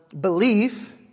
belief